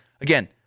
again